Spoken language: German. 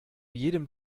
jedem